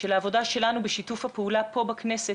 של העבודה שלנו ושיתוף הפעולה פה בכנסת